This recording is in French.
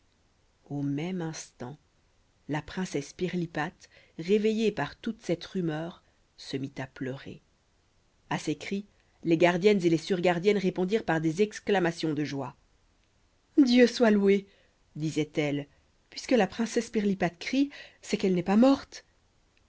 au même instant la princesse pirlipate réveillée par toute cette rumeur se mit à pleurer a ces cris les gardiennes et les surgardiennes répondirent par des exclamations de joie dieu soit loué disaient-elles puisque la princesse pirlipate crie c'est qu'elle n'est pas morte